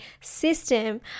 system